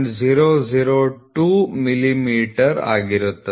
002 millimetre ಆಗಿರುತ್ತದೆ